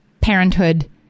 parenthood